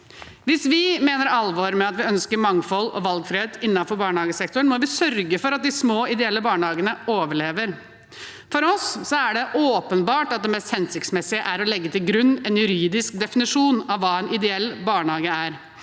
Hvis vi mener alvor med at vi ønsker mangfold og valgfrihet innenfor barnehagesektoren, må vi sørge for at de små ideelle barnehagene overlever. For oss er det åpenbart at det mest hensiktsmessige er å legge til grunn en juridisk definisjon av hva en ideell barnehage er,